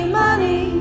money